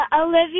Olivia